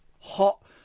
hot